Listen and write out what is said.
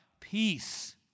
peace